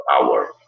power